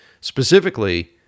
specifically